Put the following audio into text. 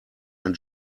ein